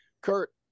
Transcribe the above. Kurt